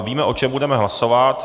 Víme, o čem budeme hlasovat.